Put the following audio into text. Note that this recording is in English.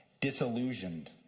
Disillusioned